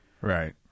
Right